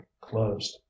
closed